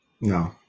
No